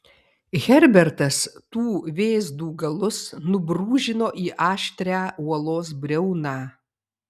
herbertas tų vėzdų galus nubrūžino į aštrią uolos briauną